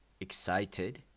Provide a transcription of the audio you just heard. Excited